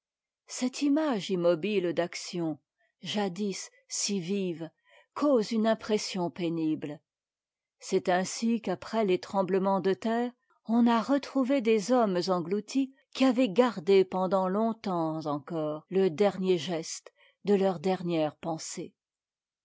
cette image immobile d'actions jadis si vives cause une impression pénible c'est ainsi qu'après les tremblements de terre on a retrouvé des hommes engloutis qui avaient gardé pendant longtemps encore le dernier geste de leur dernière pensée